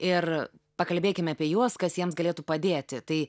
ir pakalbėkime apie juos kas jiems galėtų padėti tai